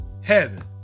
heaven